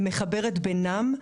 ומחברת בינם.